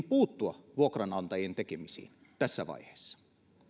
puuttua myöskin vuokranantajien tekemisiin tässä vaiheessa